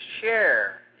share